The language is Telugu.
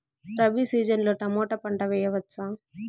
రబి సీజన్ లో టమోటా పంట వేయవచ్చా?